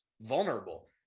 vulnerable